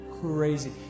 crazy